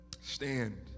Stand